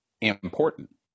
important